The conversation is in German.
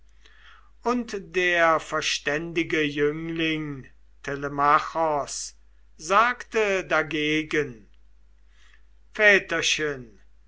und der verständige jüngling telemachos sagte dagegen väterchen